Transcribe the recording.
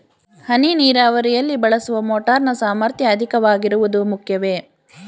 ಹನಿ ನೀರಾವರಿಯಲ್ಲಿ ಬಳಸುವ ಮೋಟಾರ್ ನ ಸಾಮರ್ಥ್ಯ ಅಧಿಕವಾಗಿರುವುದು ಮುಖ್ಯವೇ?